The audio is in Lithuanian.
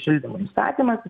šildymo įstatymas